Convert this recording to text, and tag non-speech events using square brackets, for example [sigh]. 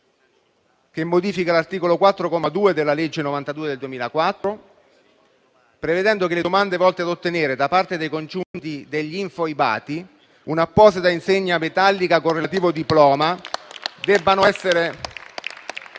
che modifica l'articolo 4, comma 2, della legge n. 92 del 2004, prevedendo che le domande volte ad ottenere, da parte dei congiunti degli infoibati, un'apposita insegna metallica con relativo diploma [applause]